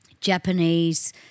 Japanese